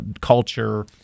culture